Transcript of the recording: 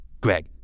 greg